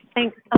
Thanks